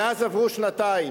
מאז עברו שנתיים.